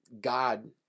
God